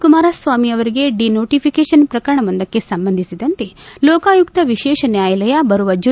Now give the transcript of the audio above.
ಕುಮಾರಸ್ವಾಮಿ ಅವರಿಗೆ ಡಿನೋಟಿಫಿಕೇಷನ್ ಪ್ರಕರಣವೊಂದಕ್ಕೆ ಸಂಬಂಧಿಸಿದಂತೆ ಲೋಕಾಯುಕ್ತ ವಿಶೇಷ ನ್ಯಾಯಾಲಯ ಬರುವ ಜು